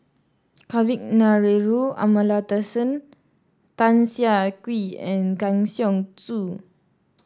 Kavignareru Amallathasan Tan Siah Kwee and Kang Siong Joo